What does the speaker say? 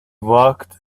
walked